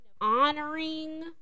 honoring